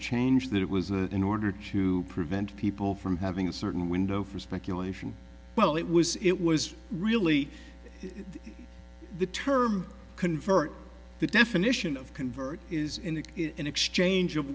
change that it was a in order to prevent people from having a certain window for speculation well it was it was really the term convert the definition of convert is in it is an exchange of